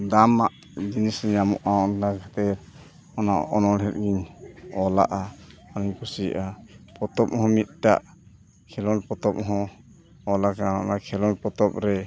ᱫᱟᱢᱟᱜ ᱡᱤᱱᱤᱥ ᱧᱟᱢᱚᱜᱼᱟ ᱚᱱᱟ ᱠᱷᱟᱹᱛᱤᱨ ᱚᱱᱟ ᱚᱱᱚᱬᱦᱮ ᱚᱞᱟᱜᱼᱟ ᱟᱨ ᱤᱧ ᱠᱩᱥᱤᱭᱟᱜᱼᱟ ᱯᱚᱛᱚᱵ ᱦᱚᱸ ᱢᱤᱫᱴᱟᱜ ᱠᱷᱮᱞᱳᱰ ᱯᱚᱛᱚᱵ ᱦᱚᱸ ᱚᱞ ᱟᱠᱟᱱᱟ ᱚᱱᱟ ᱠᱷᱮᱳᱰ ᱯᱚᱛᱚᱵ ᱨᱮ